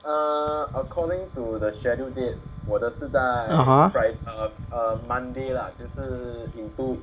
(uh huh)